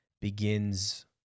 begins